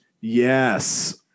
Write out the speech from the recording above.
Yes